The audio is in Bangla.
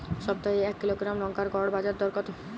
সপ্তাহে এক কিলোগ্রাম লঙ্কার গড় বাজার দর কতো?